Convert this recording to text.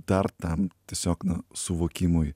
dar tam tiesiog na suvokimui